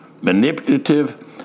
manipulative